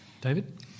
David